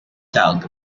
talc